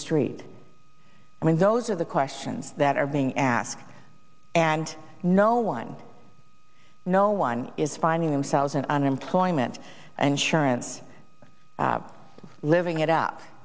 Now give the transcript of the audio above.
street i mean those are the questions that are being asked and no one no one is finding themselves in unemployment insurance living it up